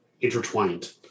intertwined